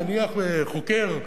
נניח לחוקר,